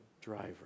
driver